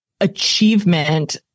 achievement